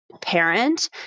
parent